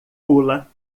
pula